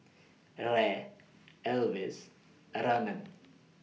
Ray Elvis and Ronin